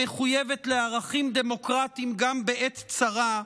המחויבת לערכים דמוקרטיים גם בעת צרה,